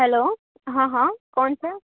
hello હા હા કોણ છે